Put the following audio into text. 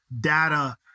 data